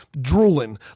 drooling